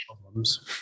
problems